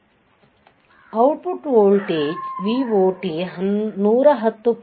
ಆದ್ದರಿಂದ output voltage VoT 110